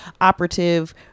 operative